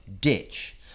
ditch